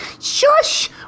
Shush